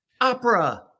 opera